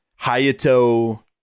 Hayato